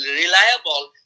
reliable